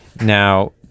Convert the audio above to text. Now